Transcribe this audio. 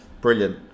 brilliant